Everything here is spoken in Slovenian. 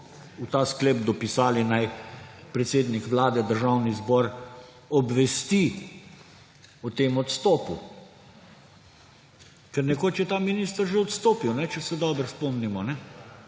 v ta sklep dopisali, naj predsednik Vlade Državni zbor obvesti o tem odstopu. Ker nekoč je ta minister že odstopil, če se dobro spomnimo.